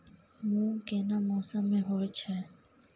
मूंग केना मौसम में होय छै?